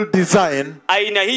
design